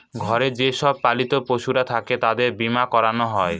ঘরে যে সব পালিত পশুরা থাকে তাদের বীমা করানো হয়